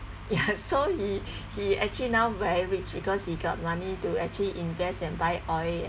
ya so he he actually now very rich because he got money to actually invest and buy oil